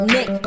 Nick